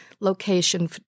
Location